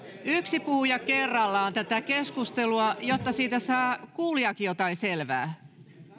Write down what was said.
yksi puhuja kerrallaan tätä keskustelua jotta siitä saa kuulijakin jotain selvää